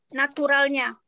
naturalnya